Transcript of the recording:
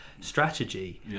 strategy